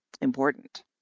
important